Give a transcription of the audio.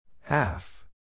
Half